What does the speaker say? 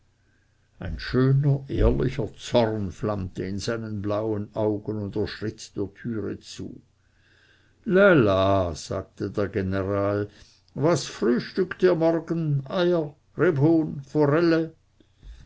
ein schöner ehrlicher zorn flammte in seinen blauen augen und er schritt der türe zu la la sagte der general was frühstückt ihr morgen eier rebhuhn forelle